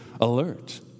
alert